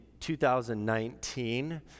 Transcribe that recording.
2019